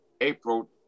April